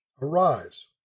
Arise